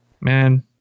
man